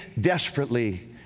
desperately